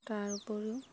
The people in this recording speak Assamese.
তাৰ উপৰিও